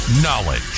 Knowledge